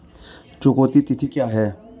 चुकौती तिथि क्या है?